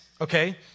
okay